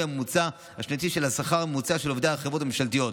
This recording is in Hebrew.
הממוצע השנתי של השכר הממוצע של עובדי החברות הממשלתיות.